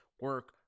Work